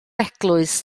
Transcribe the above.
eglwys